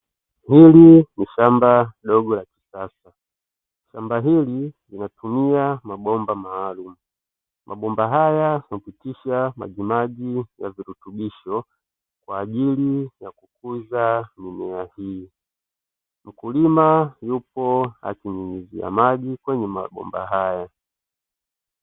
Hili ni shamba dogo la kisasa. Shamba hili linatumia mabomba maalumu. Mabomba haya hupitisha majimaji ya virutubisho, kwa ajili ya kukuza mimea hii. Mkulima yupo akinyunyizia maji kwenye mabomba haya.